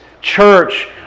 church